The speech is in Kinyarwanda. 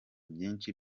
byinshi